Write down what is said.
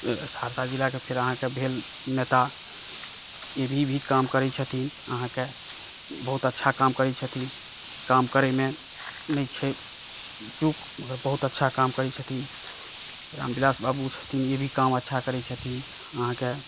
सहरसा जिलाकेँ फेर अहाँकेँ भेल नेता ई भी भी काम करै छथिन अहाँकेँ बहुत अच्छा काम करै छै काम करएमे नहि छै चुॅंकि बहुत अच्छा काम करै छथिन रामविलास बाबु छथिन ई भी काम अच्छा करै छथिन अहाँकेँ